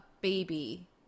baby